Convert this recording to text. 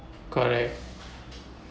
correct